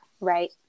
Right